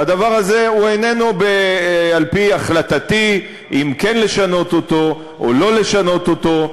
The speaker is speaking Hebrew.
הדבר הזה איננו על-פי החלטתי אם כן לשנות אותו או לא לשנות אותו.